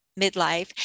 midlife